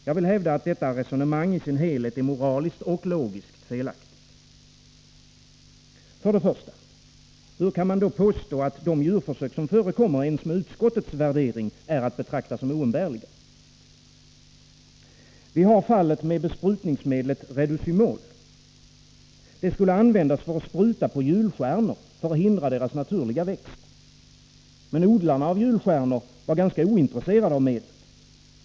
Jag vill hävda att detta resonemang i sin helhet är moraliskt och logiskt felaktigt. Hur kan utskottet med sin värdering påstå att de djurförsök som förekommer är att betrakta som oumbärliga? Vi har fallet med besprutningsmedlet Reducymol. Det skulle användas till besprutning av julstjärnor för att hindra deras naturliga växt. Men odlarna av julstjärnor var ganska ointresserade av medlet.